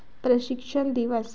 प्रशिक्षण दिवस